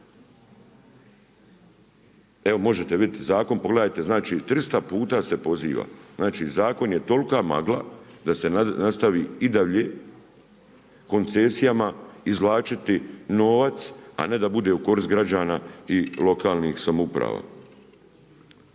Evo možete vidjeti zakon, pogledajte, znači 300 puta se poziva, znači zakon je tolika magla, da se nastavi i dalje, koncesijama izvlačiti novac, a ne da bude u korist građana i lokalnih samouprava.